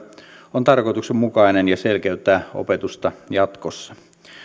on tarkoituksenmukainen ja selkeyttää opetusta jatkossa